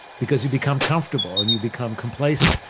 because you become comfortable and you become complacent.